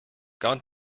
gone